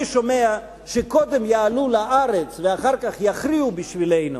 שומע שקודם יעלו לארץ ואחר כך יכריעו בשבילנו,